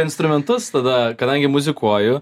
instrumentus tada kadangi muzikuoju